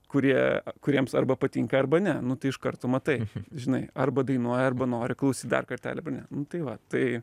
kurie kuriems arba patinka arba ne nu tai iškart tu matai žinai arba dainuoja arba nori klausyt dar kartelį nu tai va tai